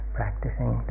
practicing